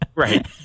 right